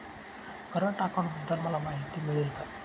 Current अकाउंटबद्दल मला माहिती मिळेल का?